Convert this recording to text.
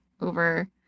over